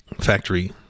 Factory